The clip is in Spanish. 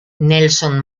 nelson